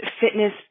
Fitness